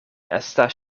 estas